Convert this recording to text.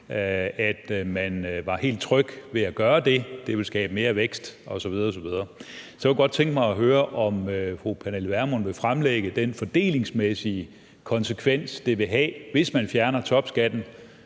at man var helt tryg ved at gøre det; det ville skabe mere vækst osv., osv. Så kunne jeg godt tænke mig at høre, om fru Pernille Vermund vil fremlægge den fordelingsmæssige konsekvens, det vil have, hvis man fjerner topskatten,